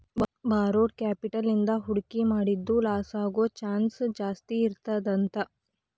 borrowed capital ಇಂದಾ ಹೂಡ್ಕಿ ಮಾಡಿದ್ದು ಲಾಸಾಗೊದ್ ಚಾನ್ಸ್ ಜಾಸ್ತೇಇರ್ತದಂತ